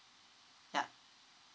ya